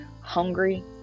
hungry